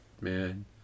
Man